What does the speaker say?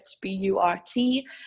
B-U-R-T